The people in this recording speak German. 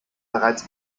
bereits